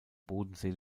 bodensee